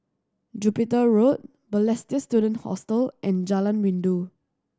Jupiter Road Balestier Student Hostel and Jalan Rindu